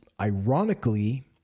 ironically